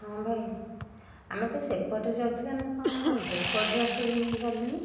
ହଁ ଭାଇ ଆମେ ତ ସେପଟେ ଯାଉଥିଲେ ଆମେ କ'ଣ ଏପଟରେ ଆସିଗଲେଣି